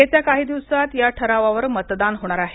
येत्या काही दिवसांत या ठरावावर मतदान होणार आहे